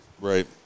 Right